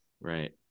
Right